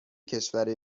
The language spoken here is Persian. کشور